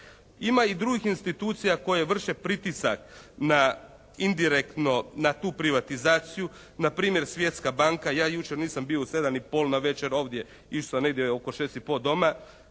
Ima i drugih institucija koje vrše pritisak na, indirektno na tu privatizaciju. Na primjer Svjetska banka. Ja jučer nisam bio u 7 i pol navečer ovdje. Išao sam negdje oko 6 i pol doma,